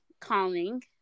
calming